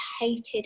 hated